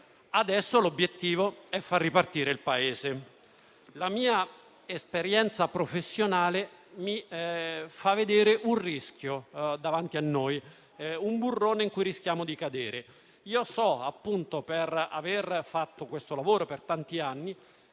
Ora l'obiettivo è far ripartire il Paese. La mia esperienza professionale mi fa vedere un rischio davanti a noi, un burrone in cui rischiamo di cadere. So, per aver fatto questo lavoro per tanti anni,